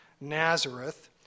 Nazareth